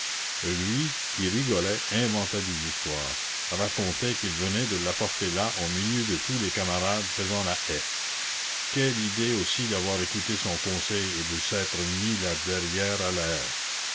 lui qui rigolait inventait des histoires racontait qu'il venait de l'apporter là au milieu de tous les camarades faisant la haie quelle idée aussi d'avoir écouté son conseil et de s'être mis le derrière à l'air